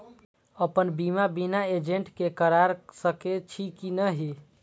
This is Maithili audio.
अपन बीमा बिना एजेंट के करार सकेछी कि नहिं?